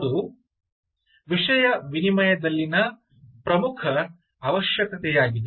ಅದು ವಿಷಯ ವಿನಿಮಯದಲ್ಲಿನ ಪ್ರಮುಖ ಅವಶ್ಯಕತೆಯಾಗಿದೆ